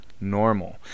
normal